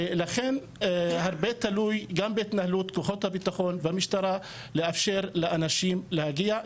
לכן הרבה תלוי גם בהתנהלות כוחות הביטחון והמשטרה לאפשר לאנשים להגיע,